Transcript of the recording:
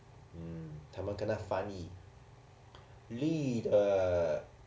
mm 他们可能翻译绿的